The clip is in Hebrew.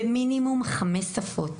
במינימום חמש שפות: